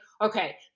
okay